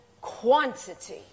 quantity